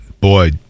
Boy